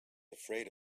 afraid